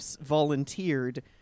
volunteered